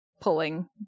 pulling